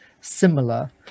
similar